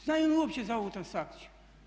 Znaju li uopće za ovu transakciju?